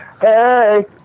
Hey